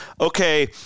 okay